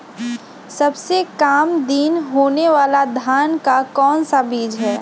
सबसे काम दिन होने वाला धान का कौन सा बीज हैँ?